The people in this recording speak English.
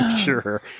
Sure